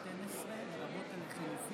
12, נגד 81, שניים